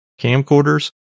camcorders